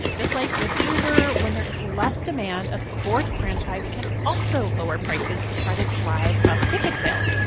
just like with uber, when there is less demand, a sports franchise can also lower prices to try to drive up ticket sales.